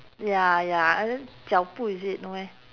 ya ya either jiao bu is it no meh